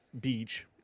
beach